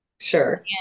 Sure